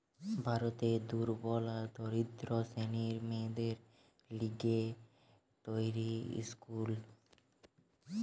ভারতের দুর্বল আর দরিদ্র শ্রেণীর মেয়েদের লিগে তৈরী স্কুল